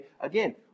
Again